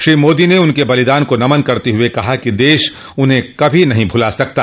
श्री मोदी ने उनके बलिदान को नमन करते हुए कहा कि देश उन्हें कभी नहीं भुला सकता